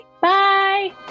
Bye